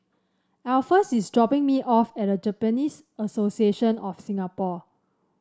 Alpheus is dropping me off at Japanese Association of Singapore